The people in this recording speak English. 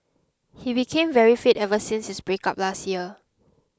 he became very fit ever since his breakup last year